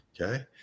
Okay